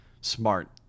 smart